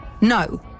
No